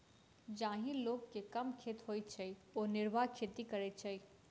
जाहि लोक के कम खेत होइत छै ओ निर्वाह खेती करैत छै